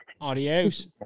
Adios